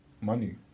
Money